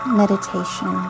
meditation